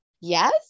yes